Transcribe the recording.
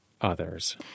others